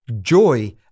joy